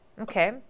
Okay